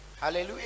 hallelujah